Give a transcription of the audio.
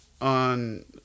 on